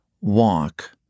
walk